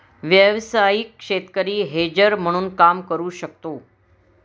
व्यावसायिक शेतकरी हेजर म्हणून काम करू शकतो